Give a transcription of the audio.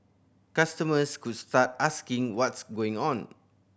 customers could start asking what's going on